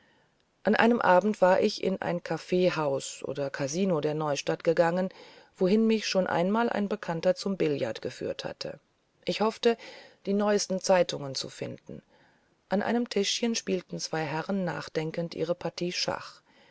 an einem abend war ich in ein kaffeehaus oder kasino der neustadt gegangen wohin mich schon einmal ein bekannter zum billard geführt hatte ich hoffte die neuesten zeitungen zu finden an einem tischchen spielten zwei herren nachdenkend ihre partie schach